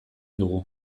dugu